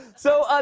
so, ah